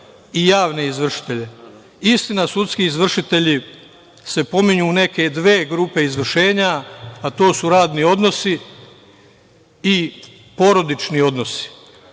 i javne izvršitelje. Istina, sudski izvršitelji se pominju u neke dve grupe izvršenja, a to su radni odnosi i porodični odnosi.